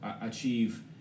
achieve